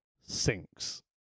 sinks